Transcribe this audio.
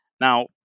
now